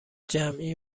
جمعی